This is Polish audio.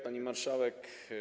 Pani Marszałek!